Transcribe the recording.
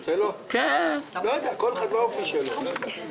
טוב, כל אחד והאופי שלו.